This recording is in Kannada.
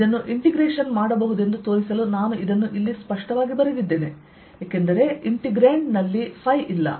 ಇದನ್ನು ಇಂಟೆಗ್ರೇಶನ್ ಮಾಡಬಹುದೆಂದು ತೋರಿಸಲು ನಾನು ಇದನ್ನು ಇಲ್ಲಿ ಸ್ಪಷ್ಟವಾಗಿ ಬರೆದಿದ್ದೇನೆ ಏಕೆಂದರೆ ಇಂಟಿಗ್ರೇಂಡ್ ನಲ್ಲಿ ಇಲ್ಲ